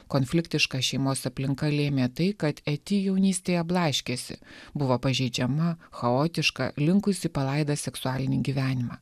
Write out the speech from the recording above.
konfliktiška šeimos aplinka lėmė tai kad eti jaunystėje blaškėsi buvo pažeidžiama chaotiška linkus į palaidą seksualinį gyvenimą